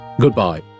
Goodbye